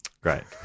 Great